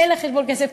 אין לה בחשבון כסף,